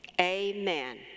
Amen